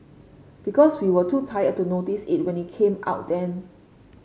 because we were too tired to notice it when it came out then